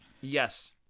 Yes